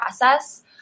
process